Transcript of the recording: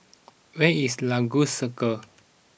where is Lagos Circle